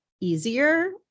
easier